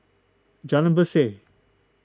Jalan Berseh